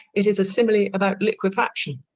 it is a simile about liquefaction,